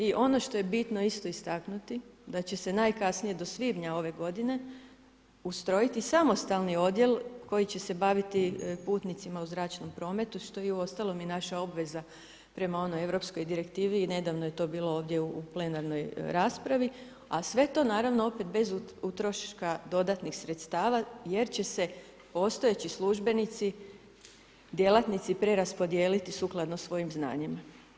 I ono što je bitno isto istaknuti da će se najkasnije do svibnja ove godine ustrojiti samostalni odjel koji će se baviti putnicima u zračnom prometu što je uostalom i naša obveza prema onoj europskoj direktivi i nedavno je to bilo ovdje u plenarnoj raspravi a sve to naravno opet bez utroška dodatnih sredstava jer će se postojeći službenici, djelatnici preraspodijeliti sukladno svojim znanjima.